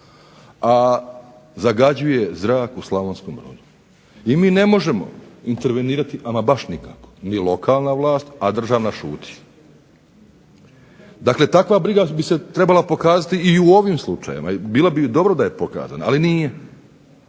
a zagađuje zrak u Slavonskom Brodu. I mi ne možemo intervenirati ama baš nikako, ni lokalna vlast, a državna šuti. Dakle takva briga bi se trebala pokazati i u ovim slučajevima, bilo bi dobro da je pokazana, ali nije,